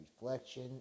Reflection